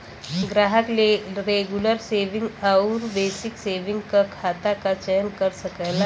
ग्राहक regular saving आउर basic saving खाता क चयन कर सकला